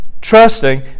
Trusting